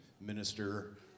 minister